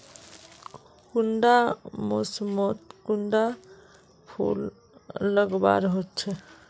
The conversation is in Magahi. कुंडा मोसमोत कुंडा फुल लगवार होछै?